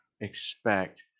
expect